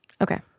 okay